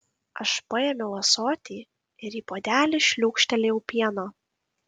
aš paėmiau ąsotį ir į puodelį šliūkštelėjau pieno